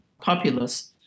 populace